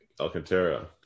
Alcantara